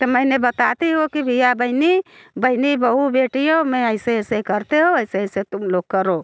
तो मैंने बताती हूँ कि भैया बहनों बहिनी बहू बेटियों मैं ऐसे ऐसे करती हूँ ऐसे ऐसे तुम लोग करो